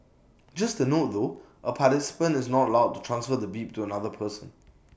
just A note though A participant is not allowed to transfer the bib to another person